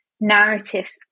narratives